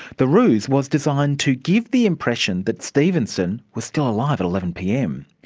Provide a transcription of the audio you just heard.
the ruse was designed to give the impression that stevenson was still alive at eleven pm.